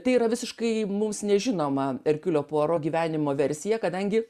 tai yra visiškai mums nežinoma erkiulio puaro gyvenimo versija kadangi